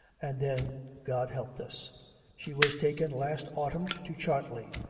and then god helped us she was taken last autumn to chartley,